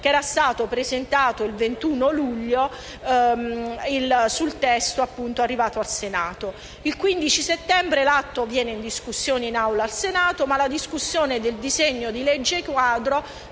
Il 15 settembre l'atto arriva in discussione in Aula al Senato, ma la discussione del disegno di legge quadro